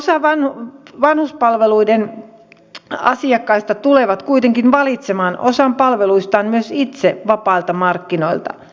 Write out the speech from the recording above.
osa vanhuspalveluiden asiakkaista tulee kuitenkin valitsemaan osan palveluistaan myös itse vapailta markkinoilta